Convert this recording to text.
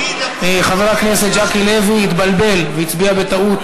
חבר הכנסת ז'קי לוי התבלבל והצביע בטעות